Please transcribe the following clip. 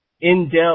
in-depth